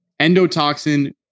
endotoxin